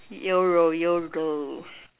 you row you row